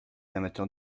amateurs